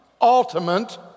ultimate